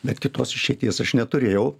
bet kitos išeities aš neturėjau